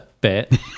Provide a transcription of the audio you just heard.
bit